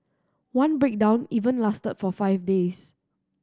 one breakdown even lasted for five days